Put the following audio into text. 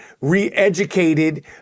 re-educated